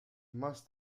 must